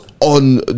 on